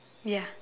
ya